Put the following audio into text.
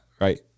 right